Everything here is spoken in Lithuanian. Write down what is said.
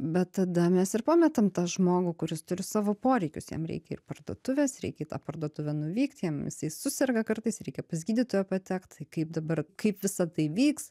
bet tada mes ir pametam tą žmogų kuris turi savo poreikius jam reikia ir parduotuvės reikia į tą parduotuvę nuvykt jam jisai suserga kartais reikia pas gydytoją patekt kaip dabar kaip visa tai vyks